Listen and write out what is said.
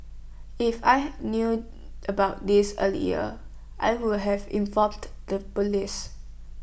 if I knew about this earlier I would have informed the Police